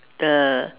the